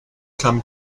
come